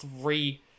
three